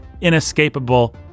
inescapable